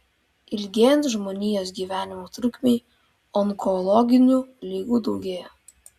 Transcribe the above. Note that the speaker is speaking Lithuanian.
ilgėjant žmonijos gyvenimo trukmei onkologinių ligų daugėja